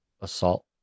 assault